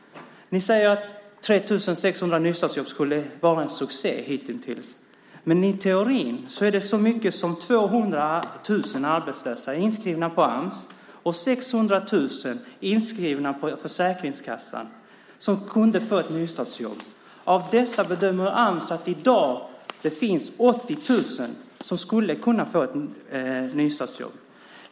Ni säger att 3 600 nystartsjobb skulle vara en succé hitintills, men i teorin är det så mycket som 200 000 arbetslösa inskrivna på Ams och 600 000 inskrivna på Försäkringskassan som kunde få ett nystartsjobb. Av dessa bedömer Ams att det i dag finns 80 000 som skulle kunna få nystartsjobb.